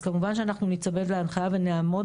אז כמובן שאנחנו ניצמד להנחיה ונעמוד